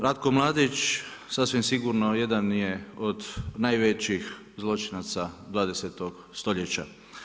Ratko Mladić, sasvim sigurno jedan je od najvećih zločinaca 20. stoljeća.